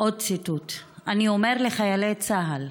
ועוד ציטוט: "אני אומר לחיילי צה"ל: